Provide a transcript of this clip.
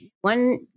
one